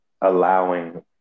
allowing